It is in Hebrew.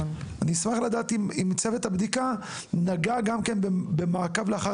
אני אשמח לדעת עם צוות הבדיקה נגע גם במעקב לאחר